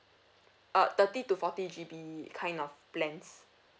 uh thirty to forty G_B kind of plans